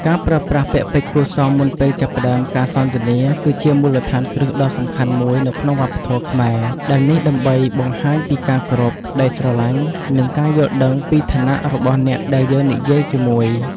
ការប្រើប្រាស់ពាក្យពេចន៍គួរសមមុនពេលចាប់ផ្ដើមការសន្ទនា គឺជាមូលដ្ឋានគ្រឹះដ៏សំខាន់មួយនៅក្នុងវប្បធម៌ខ្មែរ ដែលនេះដើម្បីបង្ហាញពីការគោរព ក្ដីស្រឡាញ់ និងការយល់ដឹងពីឋានៈរបស់អ្នកដែលយើងនិយាយជាមួយ។